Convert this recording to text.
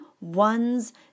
one's